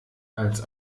als